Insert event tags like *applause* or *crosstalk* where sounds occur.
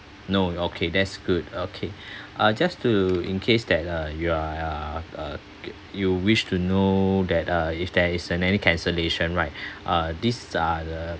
no okay that's good okay *breath* uh just to in case that uh you are uh uh you wish to know that uh if there is any cancellation right *breath* uh these are the